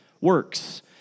works